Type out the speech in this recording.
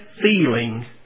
feeling